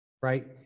right